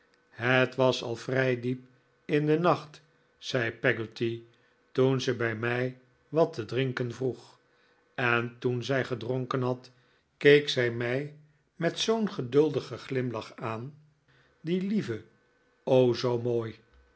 het was al vrij diep in den nacht zei peggotty toen ze mij wat te drinken vroeg en toen zij gedronken had keek zij mij met zoo'n geduldigen glimlach aan die lieve o zoo mooi